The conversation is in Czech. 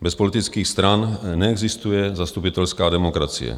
Bez politických stran neexistuje zastupitelská demokracie.